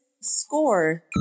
score